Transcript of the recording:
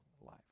life